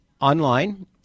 online